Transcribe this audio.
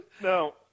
No